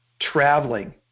traveling